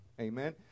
Amen